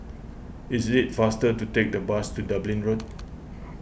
is it faster to take the bus to Dublin Road